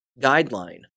guideline